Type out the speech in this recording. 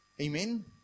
Amen